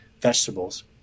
vegetables